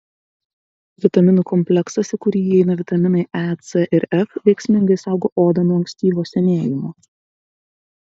vitaminų kompleksas į kurį įeina vitaminai e c ir f veiksmingai saugo odą nuo ankstyvo senėjimo